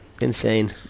insane